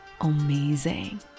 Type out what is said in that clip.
amazing